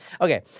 Okay